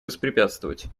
воспрепятствовать